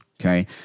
okay